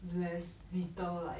there's little like